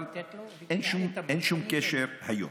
אבל אין שום קשר היום.